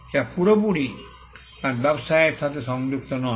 যা পুরোপুরি তার ব্যবসায়ের সাথে সংযুক্ত নয়